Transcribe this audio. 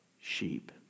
sheep